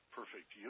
perfect